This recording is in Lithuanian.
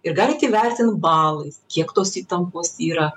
ir galit įvertint balais kiek tos įtampos yra